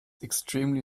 extremely